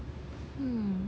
hmm